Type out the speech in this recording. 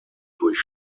durch